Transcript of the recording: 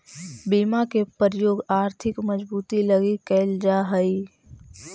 बीमा के प्रयोग आर्थिक मजबूती लगी कैल जा हई